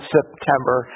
September